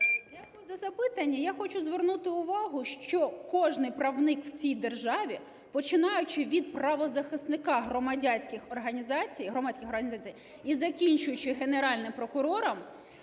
Дякую за запитання. Я хочу звернути увагу, що кожний правник в цій державі, починаючи від правозахисника громадських організацій і закінчуючи Генеральним прокурором,